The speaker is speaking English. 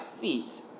feet